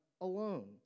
alone